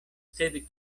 sed